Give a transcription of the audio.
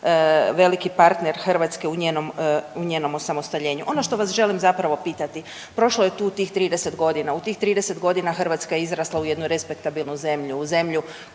veliki partner Hrvatske u njenom osamostaljenju. Ono što vas želim zapravo pitati, prošlo je tu tih 30 godina. U tih 30 godina Hrvatska je izrasla u jednu respektabilnu zemlju, u zemlju